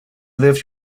lived